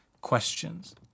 questions